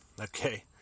Okay